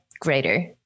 greater